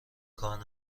کار